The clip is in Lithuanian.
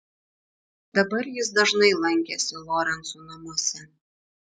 dabar jis dažnai lankėsi lorencų namuose